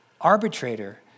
arbitrator